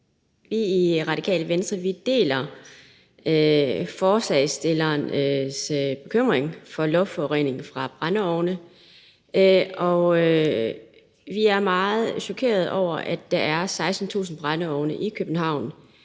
af Radikale Venstre, at vi deler forslagsstillernes bekymring for luftforureningen fra brændeovne. Vi er meget chokerede over, at der er 16.000 brændeovne i København,